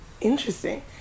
interesting